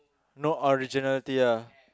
no originality lah